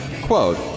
quote